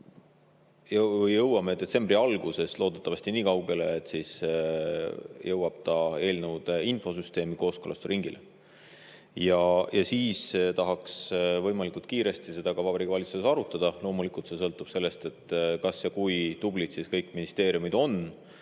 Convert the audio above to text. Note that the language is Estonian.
me jõuame detsembri alguses loodetavasti niikaugele, et siis jõuab ta eelnõude infosüsteemi kooskõlastusringile ja siis tahaks võimalikult kiiresti seda ka Vabariigi Valitsuses arutada. Loomulikult see sõltub sellest, kui tublid kõik ministeeriumid on